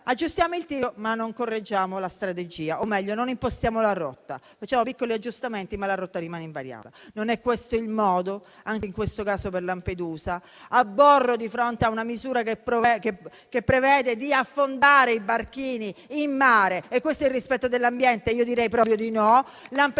Aggiustiamo il tiro, ma non correggiamo la strategia, o meglio non impostiamo la rotta. Facciamo piccoli aggiustamenti, ma la rotta rimane invariata. Non è questo il modo, anche in questo caso, a proposito di Lampedusa. Aborro una misura che prevede di affondare i barchini in mare: è questo il rispetto dell'ambiente? Direi proprio di no.